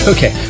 Okay